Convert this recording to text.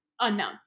unknown